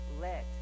let